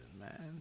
man